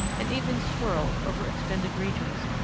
and even squirrels, over extended regions,